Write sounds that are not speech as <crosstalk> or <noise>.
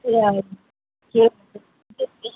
<unintelligible>